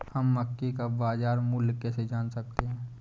हम मक्के का बाजार मूल्य कैसे जान सकते हैं?